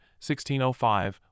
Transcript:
1605